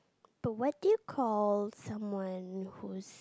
but what do you call someone who's